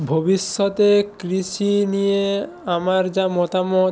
ভবিষ্যতে কৃষি নিয়ে আমার যা মতামত